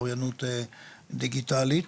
אוריינות דיגיטלית.